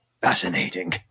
fascinating